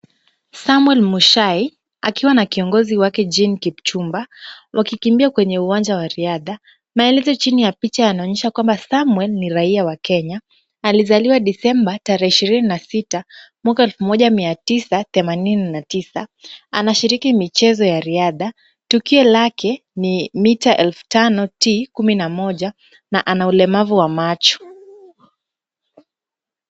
Samuel Mushai akiwa na kiongozi wake Jane Kipchumba wakikimbia kwenye uwanja wa riadha. Maelezo chini ya picha yanaonyesha kwamba Samuel ni raia wa Kenya. Alizaliwa December tarehe ishirini na sita mwaka wa elfu moja mia tisa themanini na tisa. Anashiriki michezo ya riadha. Tukio lake ni mita elfu tano kumi na moja na ana ulemavu wa macho.